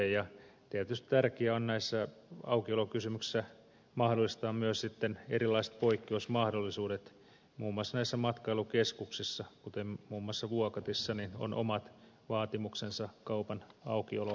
tietysti tärkeää on näissä aukiolokysymyksissä mahdollistaa myös sitten erilaiset poikkeusmahdollisuudet muun muassa näissä matkailukeskuksissa kuten muun muassa vuokatissa on omat vaatimuksensa kaupan aukioloajoille